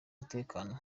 umutekano